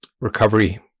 recovery